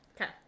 okay